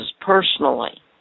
personally